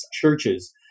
churches